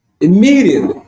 immediately